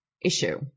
issue